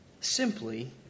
simply